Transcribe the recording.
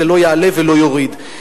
זה לא יעלה ולא יוריד.